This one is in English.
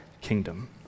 kingdom